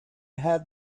had